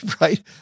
right